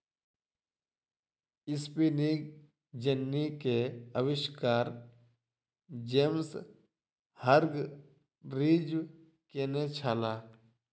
spinning jenny के आविष्कार James Hargreaves केने छला